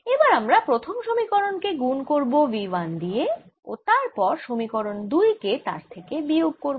এবার আমরা প্রথম সমীকরণ কে গুন করব v 1 দিয়ে ও তারপর সমীকরণ দুই কে তার থেকে বিয়োগ করব